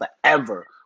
forever